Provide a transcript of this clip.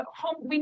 home